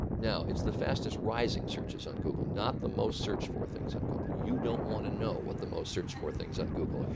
now it's the fastest rising searches on google, not the most searched for things on google. you don't want to know what the most searched for things on google are.